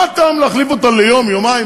מה הטעם להחליף אותו ליום-יומיים,